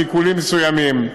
שיקולים מסוימים.